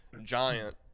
giant